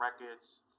records